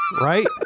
Right